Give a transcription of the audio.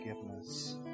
forgiveness